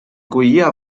collia